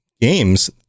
games